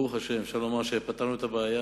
ברוך השם, אפשר לומר שפתרנו את הבעיה.